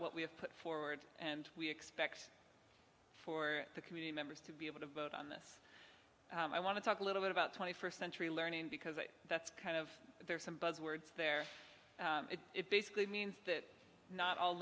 what we have put forward and we expect for the community members to be able to vote on this i want to talk a little bit about twenty first century learning because that's kind of there's some buzzwords there it basically means that not all